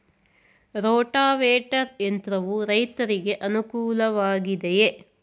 Rotavator ಯಂತ್ರವು ರೈತರಿಗೆ ಅನುಕೂಲ ವಾಗಿದೆಯೇ?